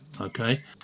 okay